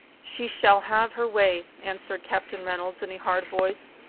she shall have her way, answered captain reynolds, in a hard voice.